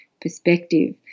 perspective